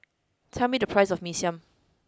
tell me the price of mee siam